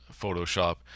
Photoshop